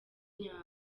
nyawo